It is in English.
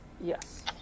Yes